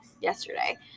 yesterday